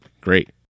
great